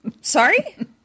Sorry